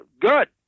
good